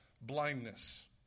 blindness